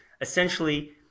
essentially